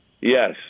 Yes